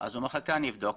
אני הייתי נדהם